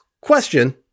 Question